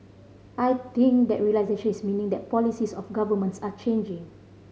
I think that realisation is meaning that policies of governments are changing